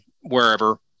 wherever